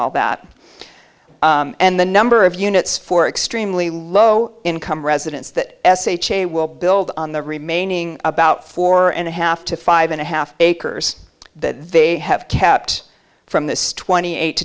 all that and the number of units for extremely low income residents that sh a will build on the remaining about four and a half to five and a half acres they have kept from this twenty eight